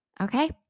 okay